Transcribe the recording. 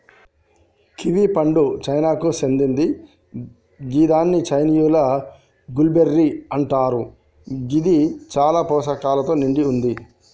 kiwi పండు చైనాకు సేందింది గిదాన్ని చైనీయుల గూస్బెర్రీ అంటరు గిది చాలా పోషకాలతో నిండి వుంది